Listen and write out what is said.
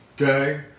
okay